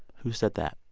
who said that?